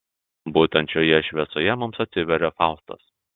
būtent šioje šviesoje mums atsiveria faustas